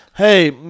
Hey